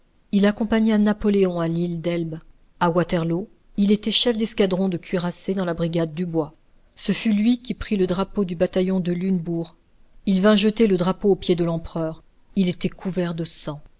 il accompagna napoléon à l'île d'elbe à waterloo il était chef d'escadron de cuirassiers dans la brigade dubois ce fut lui qui prit le drapeau du bataillon de lunebourg il vint jeter le drapeau aux pieds de l'empereur il était couvert de sang